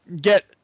get